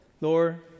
Lord